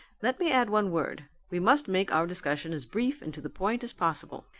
let me add one word. we must make our discussion as brief and to the point as possible.